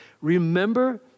Remember